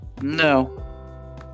No